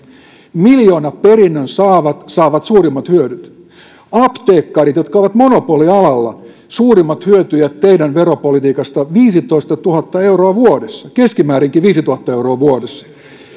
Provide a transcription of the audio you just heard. miljoonaperinnön saavat saavat suurimmat hyödyt apteekkareista jotka ovat monopolialalla suurimmat hyötyvät teidän veropolitiikastanne viisitoistatuhatta euroa vuodessa keskimäärinkin viisituhatta euroa vuodessa